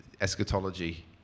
eschatology